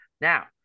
Now